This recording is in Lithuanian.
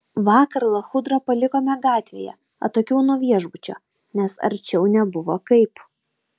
vakar lachudrą palikome gatvėje atokiau nuo viešbučio nes arčiau nebuvo kaip